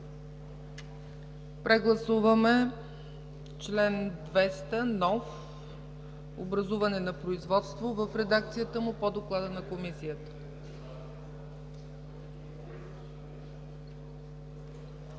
Прегласуваме нов чл. 200 – „Образуване на производство”, в редакцията му по доклада на Комисията.